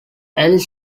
elles